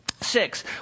six